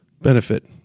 benefit